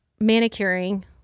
manicuring